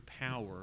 power